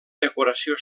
decoració